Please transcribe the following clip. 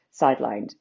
sidelined